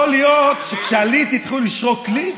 יכול להיות שכשעליתי התחילו לשרוק לי?